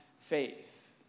faith